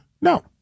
No